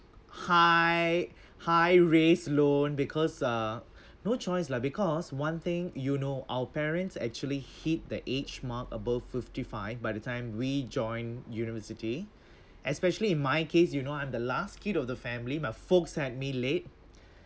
high high risk loan because uh no choice lah because one thing you know our parents actually hit the age mark above fifty five by the time we join university especially in my case you know I'm the last kid of the family my folks had me late